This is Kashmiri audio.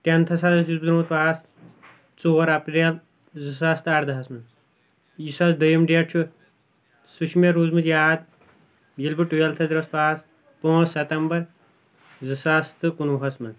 ٹینٛتھس حظ چھُس بہٕ درامُت پاس ژور اپریل زٕ ساس تہٕ اَرداہَس منٛز یُس حظ دوٚیُم ڈیٹ چھُ سُہ چھُ مےٚ روٗدمُت یاد ییٚلہِ بہٕ ٹویلتھس دراس پاس پانٛژھ ستمبر زٕ ساس تہٕ کُنہٕ وُہَس منٛز